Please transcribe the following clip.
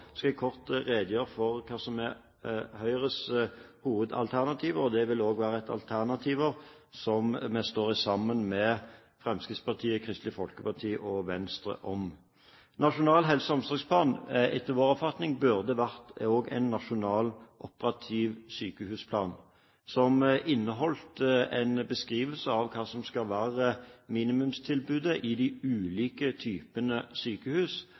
skal jeg kort redegjøre for hva som er Høyres hovedalternativer. Det vil også være alternativer som vi står sammen med Fremskrittspartiet, Kristelig Folkeparti og Venstre om. Nasjonal helse- og omsorgsplan burde etter vår oppfatning også ha vært en nasjonal, operativ sykehusplan, som inneholdt en beskrivelse av hva som skal være minimumstilbudet i de ulike typene sykehus,